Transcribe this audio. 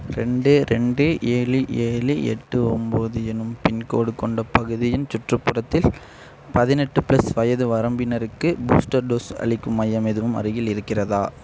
ரெண்டு ரெண்டு ஏழு ஏழு எட்டு ஒம்பது என்னும் பின்கோடு கொண்ட பகுதியின் சுற்றுப்புறத்தில் பதினெட்டு ப்ளஸ் வயது வரம்பினருக்கு பூஸ்டர் டோஸ் அளிக்கும் மையம் எதுவும் அருகில் இருக்கிறதா